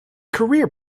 career